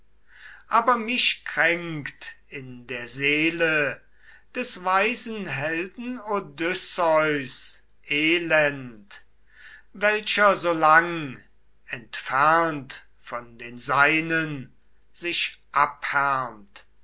aber mich kränkt in der seele des weisen helden odysseus elend welcher so lang entfernt von den seinen sich abhärmt